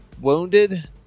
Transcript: wounded